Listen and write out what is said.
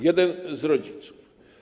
Jeden z rodziców.